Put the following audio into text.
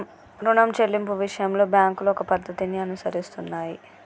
రుణం చెల్లింపు విషయంలో బ్యాంకులు ఒక పద్ధతిని అనుసరిస్తున్నాయి